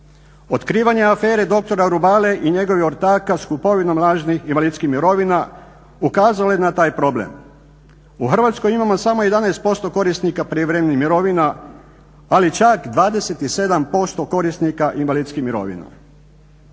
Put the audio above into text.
Otkrivanje afere doktora Rubale i njegovih ortaka s kupovinom lažnih i invalidskih mirovina ukazalo je na taj problem. U Hrvatskoj imamo samo 11% korisnika prijevremenih mirovina, ali čak 27% korisnika invalidskih mirovina.